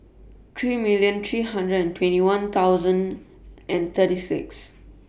three million three hundred and twenty one thousand and thirty six